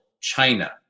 China